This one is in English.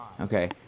Okay